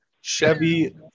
Chevy